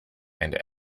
and